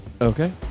okay